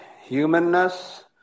humanness